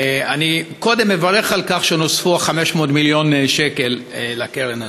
אני קודם כול מברך על כך שנוספו 500 מיליון שקל לקרן הזו.